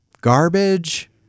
garbage